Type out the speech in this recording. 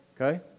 Okay